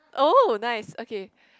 oh nice okay